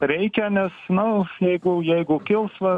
reikia nes nu jeigu jeigu kils va